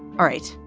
all right.